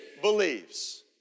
Believes